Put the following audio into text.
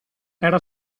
era